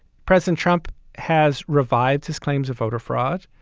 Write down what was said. president trump has revived his claims of voter fraud.